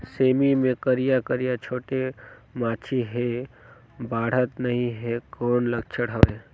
सेमी मे करिया करिया छोटे माछी हे बाढ़त नहीं हे कौन लक्षण हवय?